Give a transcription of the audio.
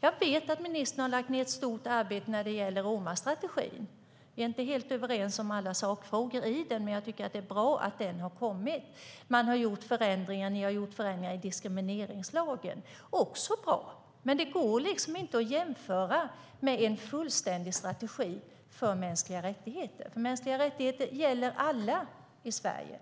Jag vet att ministern har lagt ned ett stort arbete när det gäller romastrategin. Vi är inte helt överens om alla sakfrågor i den, men jag tycker att det är bra att den har kommit. Ni har gjort förändringar i diskrimineringslagen. Det är också bra, men det går inte att jämföra med en fullständig strategi för mänskliga rättigheter. Mänskliga rättigheter gäller alla i Sverige.